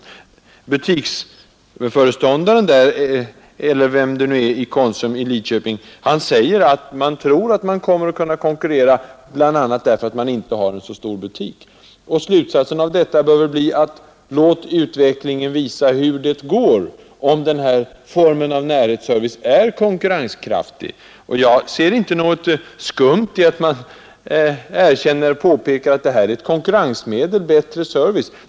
Jag åberopar ett uttalande av en av de ansvariga i Konsum i Lidköping. Han tror att man kommer att kunna konkurrera bl.a. därför att man inte har så stor butik. Slutsatsen bör väl bli: Låt utvecklingen visa om denna form av närhetsservice är konkurrenskraftig! Jag ser inte något skumt i att man påpekar att öppethållande är ett konkurrensmedel och innebär en bättre service.